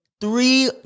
Three